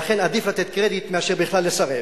עדיף לתת קרדיט מאשר בכלל לסרב.